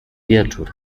wieczór